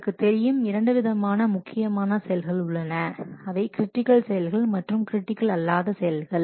உங்களுக்கு தெரியும் இரண்டு விதமான முக்கியமான செயல்கள் உள்ளன அவை கிரிட்டிக்கல் செயல்கள் மற்றும்கிரிட்டிக்கல் அல்லாத செயல்கள்